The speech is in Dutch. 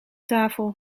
tafel